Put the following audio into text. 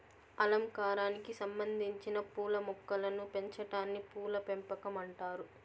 అలంకారానికి సంబందించిన పూల మొక్కలను పెంచాటాన్ని పూల పెంపకం అంటారు